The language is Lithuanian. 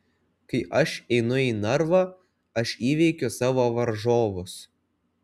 kai aš einu į narvą aš įveikiu savo varžovus